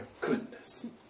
goodness